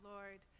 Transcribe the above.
Lord